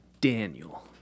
Daniel